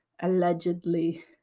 allegedly